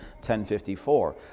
1054